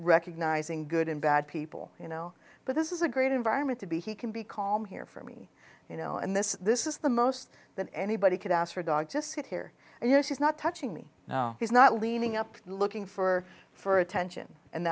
recognizing good and bad people you know but this is a great environment to be he can be calm here for me you know and this this is the most that anybody could ask for a dog just sit here and you know she's not touching me now he's not leaning up looking for for attention and